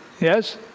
Yes